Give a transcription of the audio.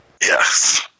Yes